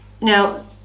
now